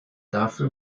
dafür